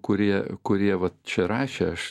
kurie kurie vat čia rašė aš